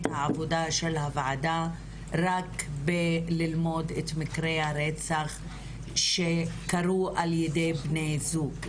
העבודה של הוועדה רק בללמוד את מקרי הרצח שקרו על-ידי בני זוג,